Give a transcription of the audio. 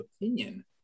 opinion